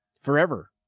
forever